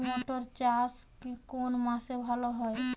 মটর চাষ কোন মাসে ভালো হয়?